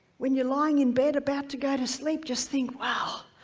when you're lying in bed about to go to sleep just think, wow,